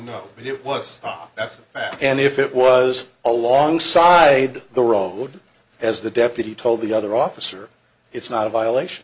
know what it was that's it and if it was alongside the road as the deputy told the other officer it's not a violation